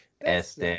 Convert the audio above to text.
Este